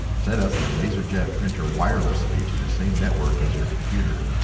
set up your laserjet printer wirelessly to the same network as your computer.